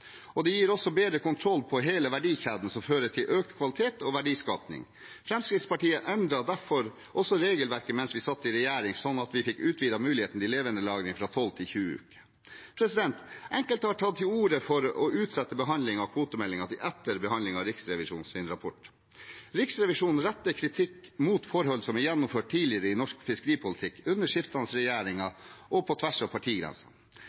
og det gir også bedre kontroll på hele verdikjeden, noe som fører til økt kvalitet og verdiskapning. Fremskrittspartiet endret derfor også regelverket mens vi satt i regjering, slik at vi fikk utvidet muligheten til levendelagring fra 12 til 20 uker. Enkelte har tatt til orde for å utsette behandlingen av kvotemeldingen til etter behandlingen av Riksrevisjonens rapport. Riksrevisjonen retter kritikk mot forhold som er gjennomført tidligere i norsk fiskeripolitikk, under skiftende regjeringer og på tvers av partigrensene.